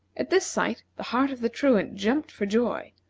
at this sight, the heart of the truant jumped for joy.